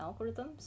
algorithms